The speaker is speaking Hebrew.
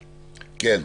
כן.